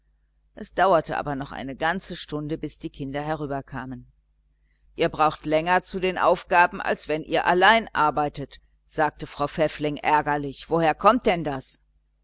es dauerte aber noch eine ganze stunde bis die kinder herüberkamen ihr braucht länger zu den aufgaben als wenn ihr allein arbeitet sagte frau pfäffling ärgerlich woher kommt denn das